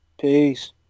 Peace